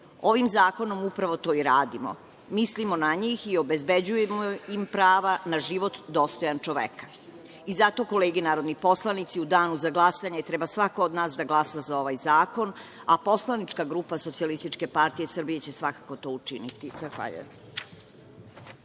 njih. Ovim zakonom upravo to i radimo, mislimo na njih i obezbeđujemo im prava na život dostojan čoveka. Zato kolege narodni poslanici, u danu za glasanje treba svako od nas da glasa za ovaj zakon, a poslanička grupa SPS će svakako to učiniti. Hvala.